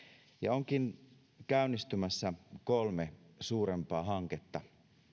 onkin käynnistymässä kolme suurempaa hanketta